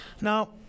Now